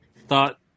thought